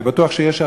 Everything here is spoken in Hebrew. אני בטוח שיש הרבה.